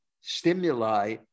stimuli